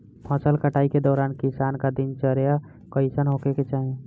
फसल कटाई के दौरान किसान क दिनचर्या कईसन होखे के चाही?